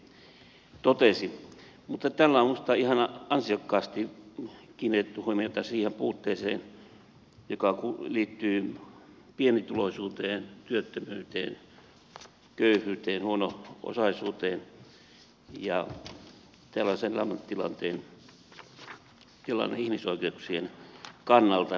mutta täällä on minusta ihan ansiokkaasti kiinnitetty huomiota siihen puutteeseen joka liittyy pienituloisuuteen työttömyyteen köyhyyteen huono osaisuuteen ja tällaiseen elämäntilanteeseen ihmisoikeuksien kannalta